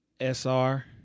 SR